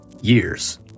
years